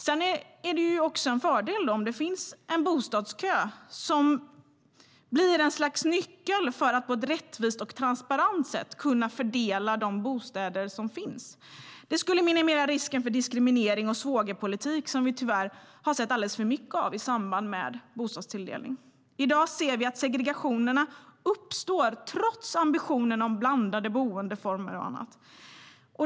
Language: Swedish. Det är också en fördel om det finns en bostadskö som blir ett slags nyckel till att på ett rättvist och transparent sätt kunna fördela de bostäder som finns. Det skulle minimera risken för diskriminering och svågerpolitik, som vi tyvärr har sett alldeles för mycket av i samband med bostadstilldelning.I dag ser vi att segregation uppstår trots ambitionen om blandade boendeformer och annat.